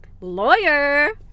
lawyer